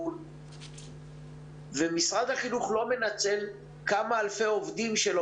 אבל משרד החינוך לא מנצל כמה אלפי עובדים שלו